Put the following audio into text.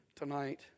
tonight